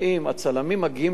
מגיעים לפני המשטרה,